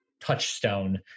touchstone